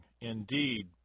Indeed